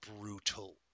brutal